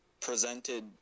presented